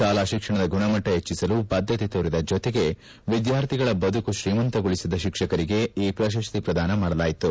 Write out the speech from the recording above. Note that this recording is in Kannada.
ಶಾಲಾ ಶಿಕ್ಷಣದ ಗುಣಮಟ್ಟ ಹೆಚ್ಚಸಲು ಬದ್ಧತೆ ತೋರಿದ ಜೊತೆಗೆ ವಿದ್ಯಾರ್ಥಿಗಳ ಬದುಕು ಶ್ರೀಮಂತಗೊಳಿಸಿದ ಶಿಕ್ಷಕರಿಗೆ ಈ ಪ್ರಶಸ್ತಿ ಪ್ರದಾನ ಮಾಡಲಾಯಿತು